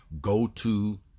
go-to